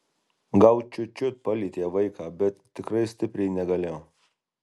gal čiut čiut palietė vaiką bet tikrai stipriai negalėjo